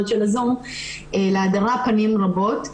שלהדרה פנים רבות.